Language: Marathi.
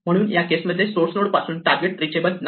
म्हणून या केसमध्ये सोर्स नोड पासून टारगेट रिचेबल नाही